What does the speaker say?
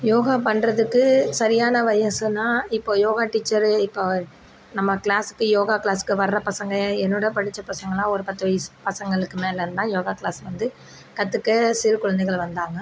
யோகா பண்ணுறதுக்கு சரியான வயதுனா இப்போது யோகா டீச்சர் இப்போ நம்ம க்ளாஸ்க்கு யோகா க்ளாஸ்க்கு வர பசங்கள் என்னோடு படித்த பசங்கலாம் ஒரு பத்து வயது பசங்களுக்கு மேல் எல்லாம் யோகா க்ளாஸ் வந்து கற்றுக்க சிறு குழந்தைகள் வந்தாங்க